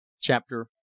Chapter